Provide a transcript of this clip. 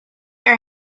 are